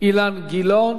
אילן גילאון.